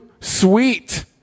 Sweet